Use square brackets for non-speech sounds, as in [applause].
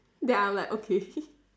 then I'm like okay [laughs]